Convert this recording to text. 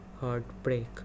heartbreak